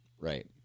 Right